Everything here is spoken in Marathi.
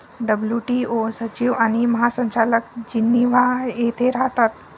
डब्ल्यू.टी.ओ सचिव आणि महासंचालक जिनिव्हा येथे राहतात